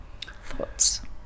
Thoughts